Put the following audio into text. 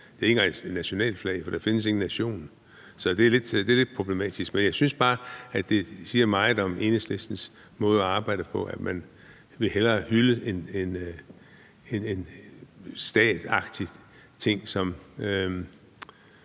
det er ikke engang et nationalflag, for der findes ingen nation. Så det er lidt problematisk. Men jeg synes bare, at det siger meget om Enhedslistens måde at arbejde på, at man hellere vil hylde en statagtig ting end